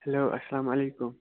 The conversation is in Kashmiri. ہیٚلو اسلام علیکُم